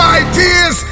ideas